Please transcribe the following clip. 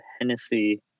Hennessy